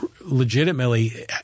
legitimately